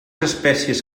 espècies